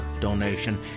donation